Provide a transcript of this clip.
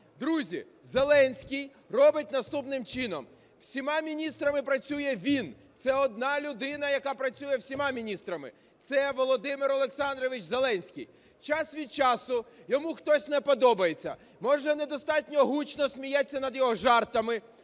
Друзі, Зеленський робить наступним чином: всіма міністрами працює він. Це одна людина, яка працює всіма міністрами. Це Володимир Олександрович Зеленський. Час від часу йому хтось не подобається. Може, недостатньо гучно сміється над його жартами,